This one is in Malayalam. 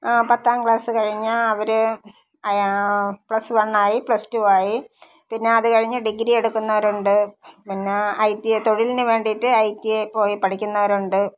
പത്താം ക്ലാസ് കഴിഞ്ഞാൽ അവർ അയാ പ്ലസ് വൺ ആയി പ്ലസ്റ്റൂ ആയി പിന്നത് കഴിഞ്ഞ് ഡിഗ്രി എടുക്കുന്നവരുണ്ട് പിന്നെ ഐ റ്റി ഐ തൊഴിലിന് വേണ്ടീട്ട് ഐ റ്റി ഐ പോയി പഠിയ്ക്കുന്നവരുണ്ട്